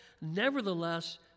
Nevertheless